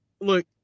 look